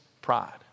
pride